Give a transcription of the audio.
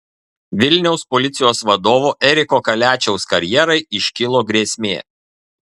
vilniaus policijos vadovo eriko kaliačiaus karjerai iškilo grėsmė